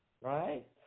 right